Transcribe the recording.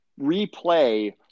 replay